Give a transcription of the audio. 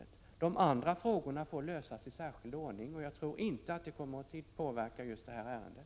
De andra frågorna får lösas i särskild ordning. Jag tror inte att det kommer att påverka just det här ärendet.